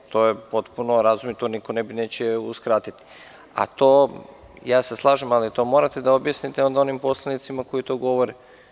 To je potpuno razumno i to niko neće uskratiti, a to ja se slažem, ali to morate da objasnite onda onim poslanicima koji to govore.